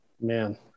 man